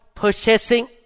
purchasing